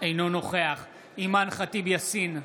אינו נוכח אימאן ח'טיב יאסין,